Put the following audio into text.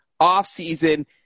offseason